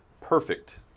perfect